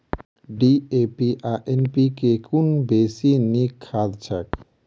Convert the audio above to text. DAP आ NPK मे कुन बेसी नीक खाद छैक?